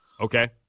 Okay